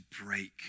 break